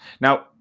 Now